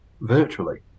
virtually